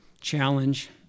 challenge